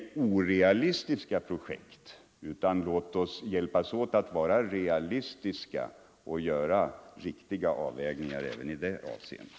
jordbrukspoliorealistiska projekt. Låt oss i stället hjälpas åt att vara realistiska och = tiken göra riktiga avvägningar även i detta avseende.